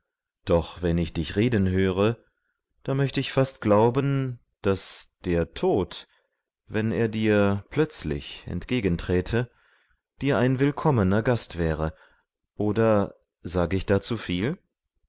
doch wenn ich dich reden höre da möchte ich fast glauben daß der tod wenn er dir plötzlich entgegenträte dir ein willkommener gast wäre oder sage ich da zu viel